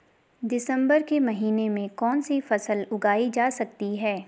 दिसम्बर के महीने में कौन सी फसल उगाई जा सकती है?